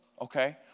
Okay